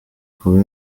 kuba